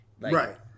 Right